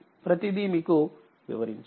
ప్రతిదీ మీకు వివరించాను